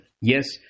Yes